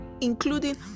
including